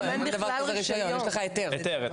יש לך היתר.